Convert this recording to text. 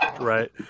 right